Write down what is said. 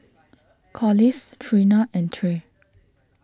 Collis Trena and Tre